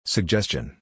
Suggestion